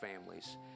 families